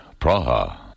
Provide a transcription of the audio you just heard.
Praha